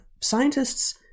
scientists